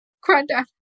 Grandad